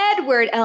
Edward